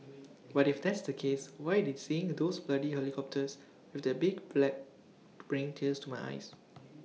but if that's the case why did seeing those bloody helicopters with the big flag bring tears to my eyes